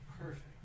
Perfect